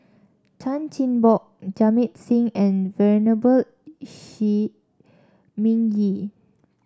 Chan Chin Bock Jamit Singh and Venerable Shi Ming Yi